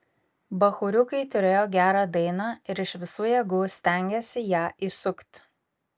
bachūriukai turėjo gerą dainą ir iš visų jėgų stengėsi ją įsukt